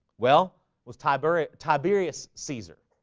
well was tiber tiberius caesar